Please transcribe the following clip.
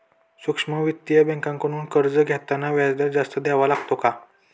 सूक्ष्म वित्तीय बँकांकडून कर्ज घेताना व्याजदर जास्त द्यावा लागतो का?